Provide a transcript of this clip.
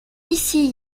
ici